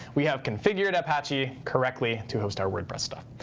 we have configured apache correctly to host our wordpress stuff.